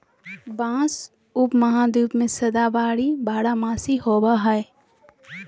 बाँस उपमहाद्वीप में सदाबहार बारहमासी होबो हइ